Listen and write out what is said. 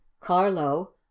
Carlo